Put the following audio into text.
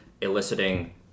eliciting